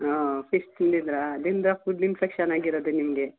ಹಾಂ ಫೀಶ್ ತಿಂದಿದ್ದರ ಅದರಿಂದ ಫುಡ್ ಇನ್ಫೆಕ್ಷನ್ ಆಗಿರೋದು ನಿಮಗೆ